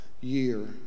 year